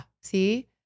See